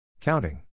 Counting